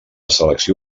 selecció